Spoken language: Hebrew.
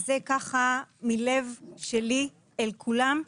זה ככה מהלב שלי אל כולם,